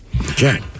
Okay